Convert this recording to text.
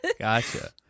Gotcha